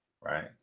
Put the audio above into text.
right